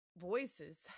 voices